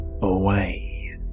away